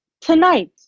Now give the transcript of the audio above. Tonight